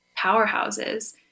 powerhouses